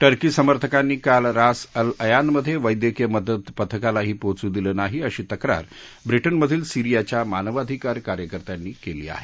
Turkey समर्थकांनी काल रास अल अयानमधे वैद्यकीय मदत पथकालाही पोहोचू दिलं नाही अशी तक्रार ब्रिटनमधील सीरीयाच्या मानवाधिकार कार्यकर्त्यांनीही केली आहे